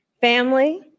Family